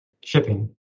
Shipping